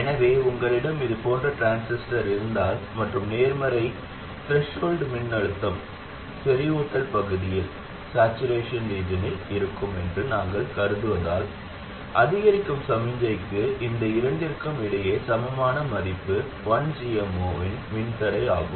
எனவே உங்களிடம் இது போன்ற டிரான்சிஸ்டர் இருந்தால் மற்றும் நேர்மறை த்ரெஷோல்ட் மின்னழுத்தம் செறிவூட்டல் பகுதியில் இருக்கும் என்று நாங்கள் கருதுவதால் அதிகரிக்கும் சமிக்ஞைக்கு இந்த இரண்டிற்கும் இடையே சமமான மதிப்பு 1gm0 இன் மின்தடை ஆகும்